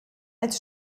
als